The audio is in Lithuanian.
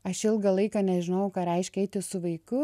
aš ilgą laiką nežinojau ką reiškia eiti su vaiku